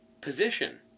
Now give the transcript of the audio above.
position